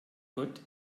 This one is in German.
gott